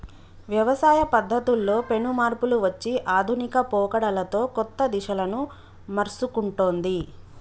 వ్యవసాయ పద్ధతుల్లో పెను మార్పులు వచ్చి ఆధునిక పోకడలతో కొత్త దిశలను మర్సుకుంటొన్ది